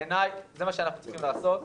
בעיניי זה מה שאנחנו צריכים לעשות.